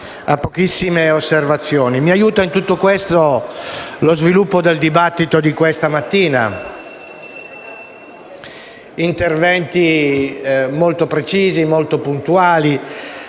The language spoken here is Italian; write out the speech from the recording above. Mi aiuta in tutto questo lo sviluppo del dibattito di questa mattina: interventi molto precisi, molto puntuali,